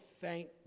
thank